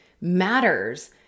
matters